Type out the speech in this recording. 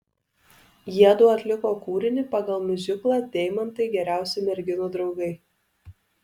jiedu atliko kūrinį pagal miuziklą deimantai geriausi merginų draugai